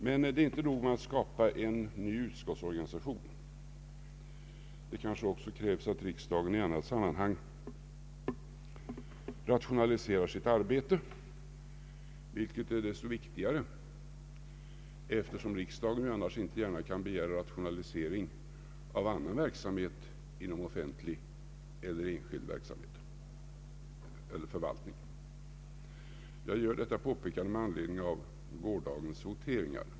Det är emellertid inte nog med att skapa en ny utskottsorganisation. Det kanske också krävs att riksdagen i annat sammanhang rationaliserar sitt arbete, vilket är så mycket viktigare då riksdagen ju inte annars gärna kan begära rationalisering av annan verksamhet inom offentlig eller enskild verksamhet och förvaltning. Jag gör detta påpekande med anledning av gårdagens voteringar.